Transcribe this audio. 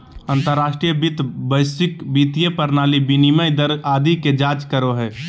अंतर्राष्ट्रीय वित्त वैश्विक वित्तीय प्रणाली, विनिमय दर आदि के जांच करो हय